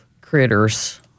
critters